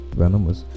venomous